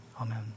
amen